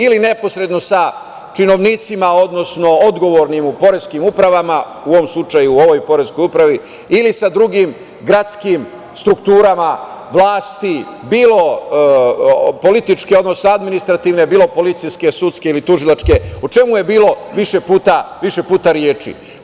Ili neposredno sa činovnicima, odnosno odgovornim u poreskim upravama, u ovom slučaju u ovoj poreskoj upravi ili sa drugim gradskim strukturama vlasti, bilo politički, odnosno administrativne, bilo policijske, sudske ili tužilačke, o čemu je bilo više puta reči.